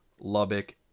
Lubbock